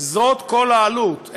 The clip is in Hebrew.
זאת כל העלות,